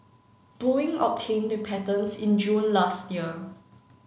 Boeing obtained the patents in June last year